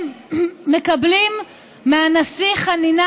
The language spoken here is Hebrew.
הם מקבלים מהנשיא חנינה,